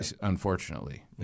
unfortunately